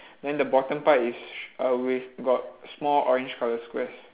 then the bottom part is uh with got small orange colour squares